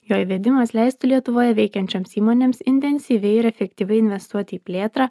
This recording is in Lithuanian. jo įvedimas leistų lietuvoje veikiančioms įmonėms intensyviai ir efektyviai investuoti į plėtrą